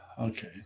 okay